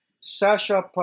Sasha